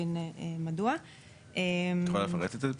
את יכולה לפרט את זה טיפה?